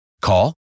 Call